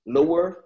Lower